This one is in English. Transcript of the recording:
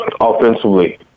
Offensively